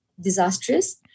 disastrous